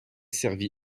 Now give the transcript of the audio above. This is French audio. servi